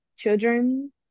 Children